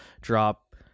drop